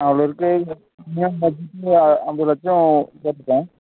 அவ்வளோ இருக்கும் ஐம்பது லட்சம் கேட்டுருக்கேன்